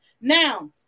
now